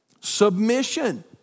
Submission